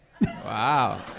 Wow